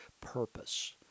purpose